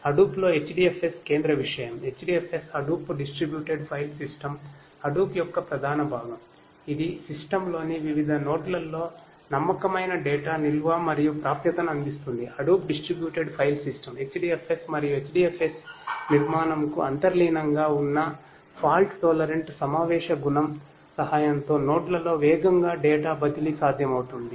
Hadoop బదిలీ సాధ్యమవుతుంది